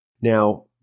Now